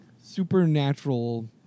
supernatural